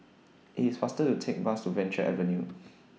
IT IS faster to Take The Bus Venture Avenue